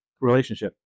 relationship